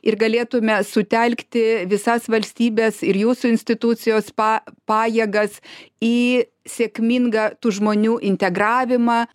ir galėtume sutelkti visas valstybės ir jūsų institucijos pa pajėgas į sėkmingą žmonių integravimą